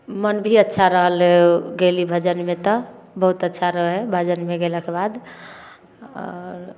मोन भी अच्छा रहल गेली भजनमे तऽ बहुत अच्छा रहै हइ भजनमे गेलाके बाद आओर